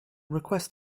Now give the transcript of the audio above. request